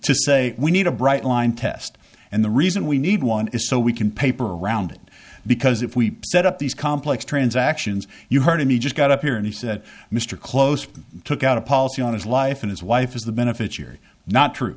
to say we need a bright line test and the reason we need one is so we can paper around it because if we set up these complex transactions you heard me just got up here and said mr close took out a policy on his life and his wife is the beneficiary not true